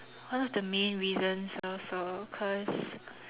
one of the main reasons also cause